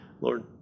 Lord